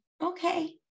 Okay